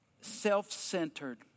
self-centered